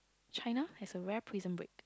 China has a rare Prison Break